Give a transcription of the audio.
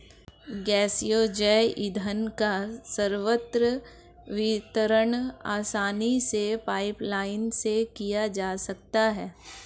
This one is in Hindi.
गैसीय जैव ईंधन का सर्वत्र वितरण आसानी से पाइपलाईन से किया जा सकता है